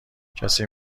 کسی